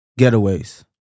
Getaways